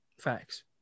facts